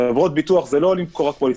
חברות ביטוח לא רק מוכרות פוליסות,